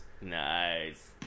Nice